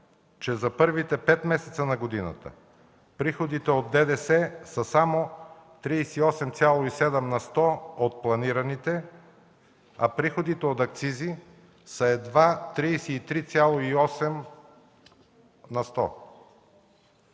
че за първите пет месеца на годината приходите от ДДС са само 38,7 на сто от планираните, а приходите от акцизи са едва 33,8 на сто.